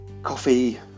coffee